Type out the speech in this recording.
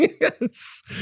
Yes